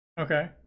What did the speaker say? Okay